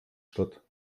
statt